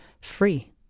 free